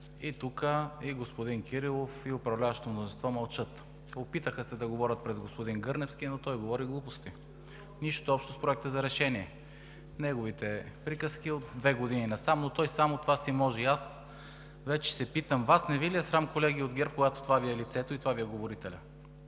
И тук и господин Кирилов, и управляващото мнозинство мълчат. Опитаха се да говорят през господин Гърневски, но той говори глупости! Нищо общо с Проекта за решение! Неговите приказки са от две години насам, но той само това си може и аз вече се питам: Вас не Ви ли е срам, колеги от ГЕРБ, когато това Ви е лицето и това Ви е говорителят